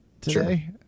today